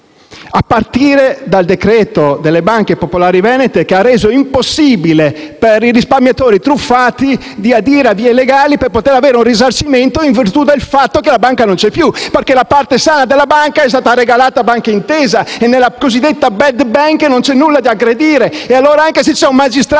a partire dal decreto per le banche popolari venete che ha reso impossibile per i risparmiatori truffati di adire alle vie legali per avere un risarcimento in virtù del fatto che la banca non c'è. La parte sana della banca, infatti, è stata regalata a Banca Intesa e nella cosiddetta *bad bank* non c'è nulla da aggredire. Quindi, anche se un magistrato